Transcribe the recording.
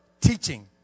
teaching